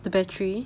the battery